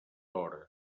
hores